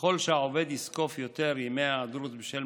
שככל שהעובד יזקוף יותר ימי היעדרות בשל